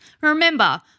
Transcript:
Remember